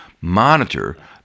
monitor